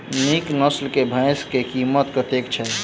नीक नस्ल केँ भैंस केँ कीमत कतेक छै?